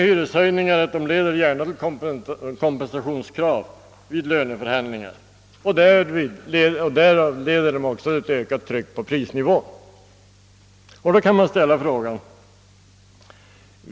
Hyreshöjningar leder gärna till kompensationskrav vid löneförhandlingar, och därmed leder de också till ett ökat tryck på prisnivån.